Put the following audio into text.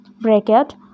bracket